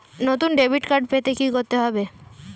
নতুন debit card পেতে কী করতে হবে?